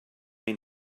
ein